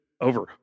Over